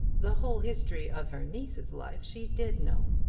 the whole history of her niece's life she did know,